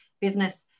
business